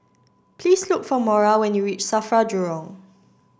please look for Maura when you reach SAFRA Jurong